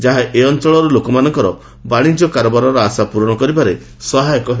ଯାହା ଏ ଅଞ୍ଚଳର ଲୋକମାନଙ୍କର ବାଣିଜ୍ୟ କାରବାରର ଆଶା ପୂରଣ କରିବାରେ ସହାୟକ ହେବ